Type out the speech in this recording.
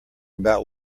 about